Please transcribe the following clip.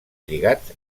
lligats